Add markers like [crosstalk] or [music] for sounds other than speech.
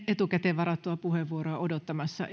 etukäteen varattua puheenvuoroa odottamassa [unintelligible]